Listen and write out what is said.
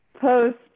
post